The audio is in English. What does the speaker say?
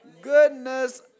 Goodness